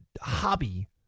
hobby